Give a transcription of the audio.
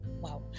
wow